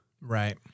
Right